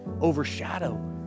overshadow